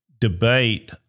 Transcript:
debate